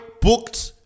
booked